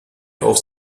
auf